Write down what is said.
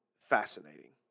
fascinating